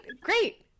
great